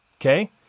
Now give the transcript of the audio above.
Okay